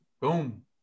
boom